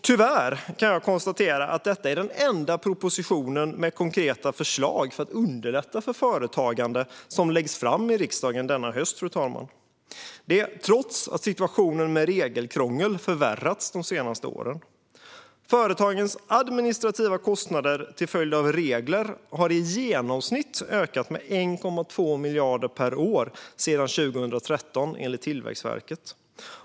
Tyvärr kan jag konstatera att detta är den enda propositionen med konkreta förslag för att underlätta företagande som läggs fram i riksdagen denna höst, trots att situationen med regelkrångel har förvärrats de senaste åren. Företagens administrativa kostnader till följd av regler har i genomsnitt ökat med 1,2 miljarder per år sedan 2013, enligt Tillväxtverket.